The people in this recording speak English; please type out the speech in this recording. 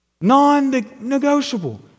Non-negotiable